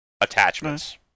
attachments